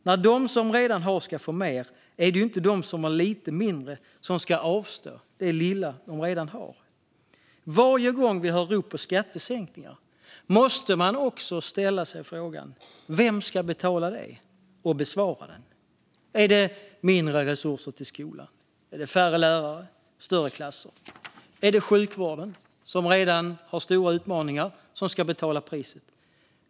När de som redan har ska få mer är det inte de som har lite mindre som ska avstå det lilla de redan har. Varje gång vi hör rop på skattesänkningar måste vi också ställa oss frågan: Vem ska betala det? Och den måste besvaras. Blir det mindre resurser till skolan? Blir det färre lärare och större klasser? Är det sjukvården, som redan har stora utmaningar, som ska betala priset?